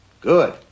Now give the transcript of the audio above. Good